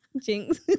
Jinx